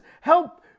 help